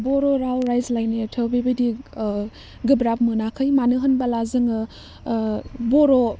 बर' राव रायज्लायनायाथ' बेबायदि ओह गोब्राब मोनाखै मानो होनबोला जोङो ओह बर'